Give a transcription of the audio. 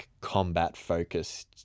combat-focused